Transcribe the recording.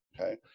okay